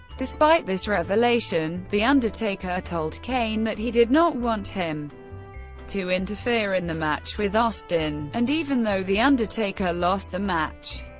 despite this revelation, the undertaker told kane that he did not want him to interfere in the match with austin, and even though the undertaker lost the match,